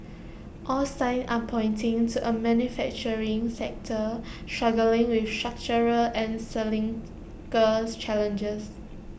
all signs are pointing to A manufacturing sector struggling with structural and cyclical challenges